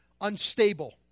unstable